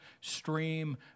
stream